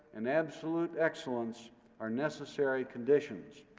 and absolute excellence are necessary conditions,